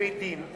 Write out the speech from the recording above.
לפי דין,